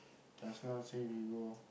just now say we go